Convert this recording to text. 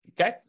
okay